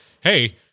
Hey